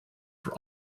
for